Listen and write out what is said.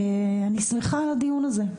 אני שמחה על הדיון הזה.